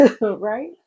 right